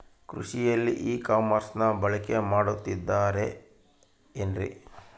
ಕೃಷಿಯಲ್ಲಿ ಇ ಕಾಮರ್ಸನ್ನ ಬಳಕೆ ಮಾಡುತ್ತಿದ್ದಾರೆ ಏನ್ರಿ?